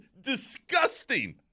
disgusting